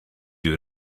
you